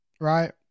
right